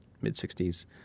mid-60s